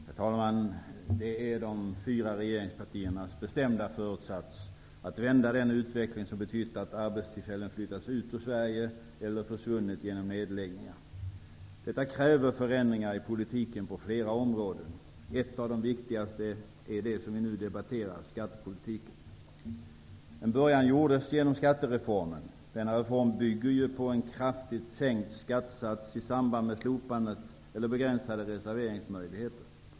Herr talman! Det är de fyra regeringspartiernas bestämda föresats att vända den utveckling som betytt att arbetstillfällen flyttats ut ur Sverige eller försvunnit genom nedläggningar. Detta kräver förändringar i politiken på flera områden. Ett av de viktigaste är det som vi nu debatterar, nämligen skattepolitiken. Skattereformen var en början. Denna reform bygger ju på en kraftigt sänkt skattesats i samband med slopade eller begränsade reserveringsmöjligheter.